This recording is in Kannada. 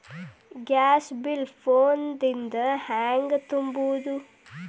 ಗ್ಯಾಸ್ ಬಿಲ್ ಫೋನ್ ದಿಂದ ಹ್ಯಾಂಗ ತುಂಬುವುದು?